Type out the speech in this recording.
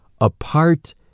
apart